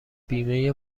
بیمه